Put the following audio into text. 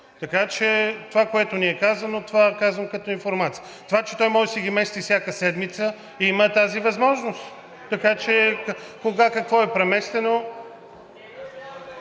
така че това, което ни е казано, това казвам като информация. Това, че той може да си ги мести всяка седмица, има тази възможност. Така че кога какво е преместено...